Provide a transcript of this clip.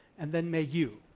and then may you,